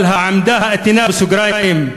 אבל העמדה האיתנה, בסוגריים: